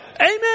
Amen